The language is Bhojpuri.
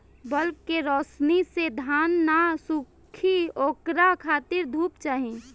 बल्ब के रौशनी से धान न सुखी ओकरा खातिर धूप चाही